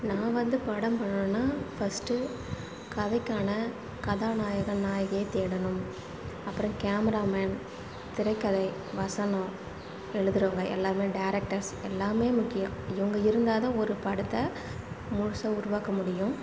நான் வந்து படம் பண்ணணுன்னா ஃபஸ்ட்டு கதைக்கான கதாநாயகன் நாயகியை தேடணும் அப்புறம் கேமராமேன் திரைக்கதை வசனம் எழுதுகிறவங்க எல்லோருமே டேரெக்டர்ஸ் எல்லாமே முக்கியம் இவங்க இருந்தால்தான் ஒரு படத்தை முழுசாக உருவாக்க முடியும்